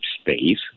space